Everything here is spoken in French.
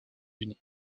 unis